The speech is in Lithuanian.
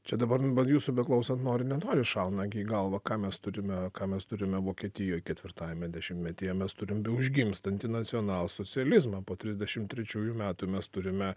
čia dabar jūsų beklausant nori nenori šauna gi į galvą ką mes turime ką mes turime vokietijoj ketvirtajame dešimtmetyje mes turim užgimstantį nacionalsocializmą po trisdešim trečiųjų metų mes turime